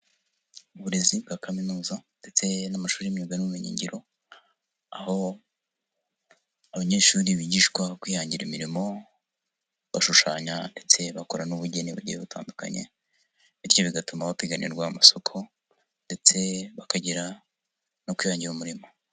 Uburezi bwa kaminuza ndetse n'amashuri y'imyuga n'ubumenyigiro, aho abanyeshuri bigishwa kwihangira imirimo bashushanya ndetse bakora n'ubugeni bugiye butandukanye, bityo bigatuma bapiganirwa amasoko ndetse bakagira no kwihangira umurimo.